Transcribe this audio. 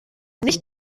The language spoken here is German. nicht